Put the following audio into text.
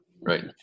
right